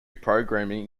programming